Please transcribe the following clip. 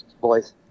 Boys